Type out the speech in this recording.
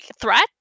threat